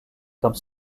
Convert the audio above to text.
comme